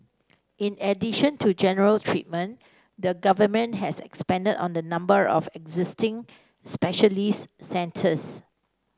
in addition to general treatment the Government has expanded on the number of existing specialist centres